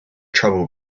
trouble